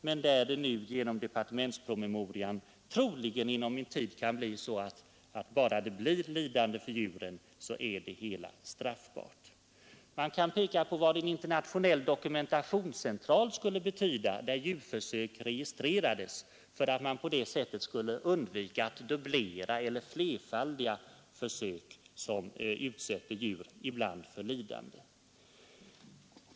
Genom den departementspromemoria som nu är färdig kan det här troligen snart bli bestämmelser om att blotta lidandet som ett djur utsätts för genom försumlighet är straffbart. Man kan också peka på vad det skulle betyda med en internationell dokumentationscentral där djurförsök registrerades, så att man på det sättet i stort sett skall kunna undvika att dubblera eller flerfaldiga försök som ibland utsätter djur för lidande.